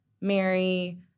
Mary